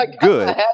good